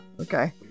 okay